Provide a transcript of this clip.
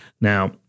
Now